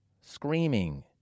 screaming